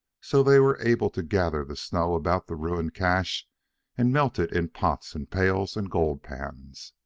so they were able to gather the snow about the ruined cache and melt it in pots and pails and gold pans.